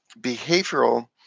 behavioral